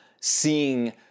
seeing